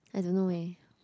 I don't know eh